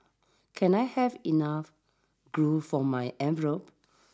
can I have enough glue for my envelopes